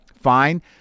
Fine